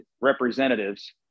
representatives